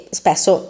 spesso